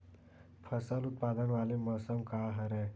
फसल उत्पादन वाले मौसम का हरे?